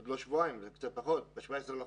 מהתחקיר, עוד לא שבועיים, קצת פחות, ב-17 בחודש.